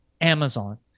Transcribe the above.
Amazon